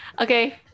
okay